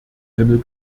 himmel